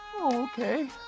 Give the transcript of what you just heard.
Okay